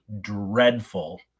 dreadful